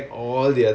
mm